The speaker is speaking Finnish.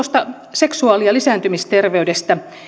seksuaali ja lisääntymisterveydestä